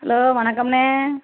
hello வணக்கம்ண்ணே